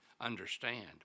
understand